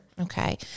Okay